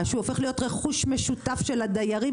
שהוא הופך להיות רכוש משותף של הדיירים,